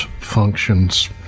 functions